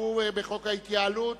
שהוא בחוק ההתייעלות,